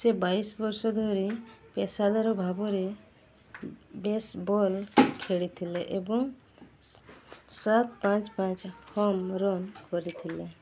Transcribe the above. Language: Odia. ସେ ବାଇଶ ବର୍ଷ ଧରି ପେଶାଦାର ଭାବରେ ବେସ୍ବଲ୍ ଖେଳିଥିଲେ ଏବଂ ସାତ ପାଞ୍ଚ ପାଞ୍ଚ ହୋମ୍ ରନ୍ କରିଥିଲେ